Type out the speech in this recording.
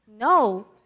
No